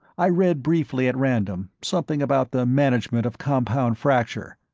i read briefly at random, something about the management of compound fracture,